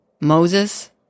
Moses